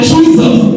Jesus